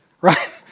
right